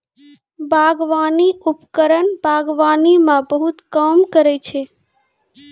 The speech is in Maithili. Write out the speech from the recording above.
बागबानी उपकरण बागबानी म बहुत काम करै छै?